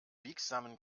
biegsamen